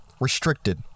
restricted